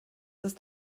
ist